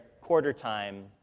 quarter-time